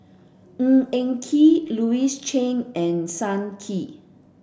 Ng Eng Kee Louis Chen and Sun Yee